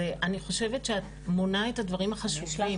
אני חושבת שאת מונה את הדברים החשובים.